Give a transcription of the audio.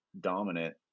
dominant